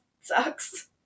sucks